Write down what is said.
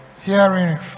herein